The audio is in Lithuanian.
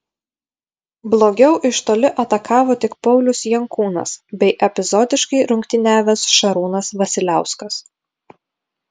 blogiau iš toli atakavo tik paulius jankūnas bei epizodiškai rungtyniavęs šarūnas vasiliauskas